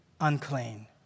unclean